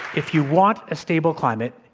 if you want a stable climate,